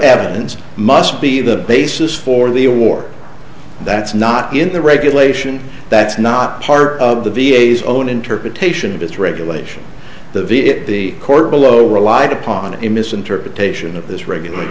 evidence must be the basis for the a war that's not in the regulation that's not part of the v a s own interpretation of its regulation the v it the court below relied upon a misinterpretation of this regular